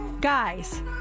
guys